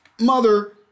mother